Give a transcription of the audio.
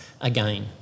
again